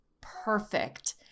perfect